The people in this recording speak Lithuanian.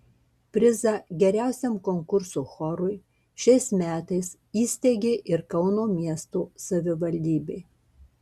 prizą geriausiam konkurso chorui šiais metais įsteigė ir kauno miesto savivaldybė